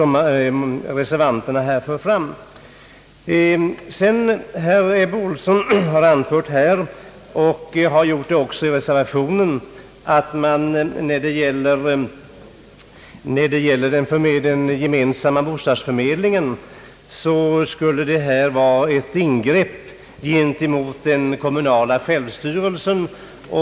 Herr Ohlsson har här anfört, och har också gjort det i reservationen, att förslaget om gemensam bostadsförmedling skulle innebära ett ingrepp i den kommunala självstyrelsen.